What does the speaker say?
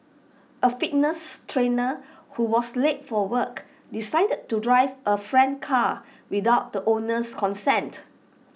A fitness trainer who was late for work decided to drive A friend's car without the owner's consent